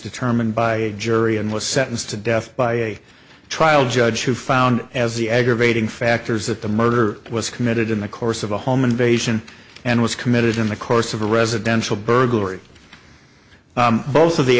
determined by a jury and was sentenced to death by a trial judge who found as the aggravating factors that the murder was committed in the course of a home invasion and was committed in the course of a residential burglary both of the